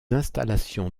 installations